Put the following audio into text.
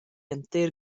entir